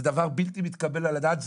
זה דבר בלתי מתקבל על הדעת.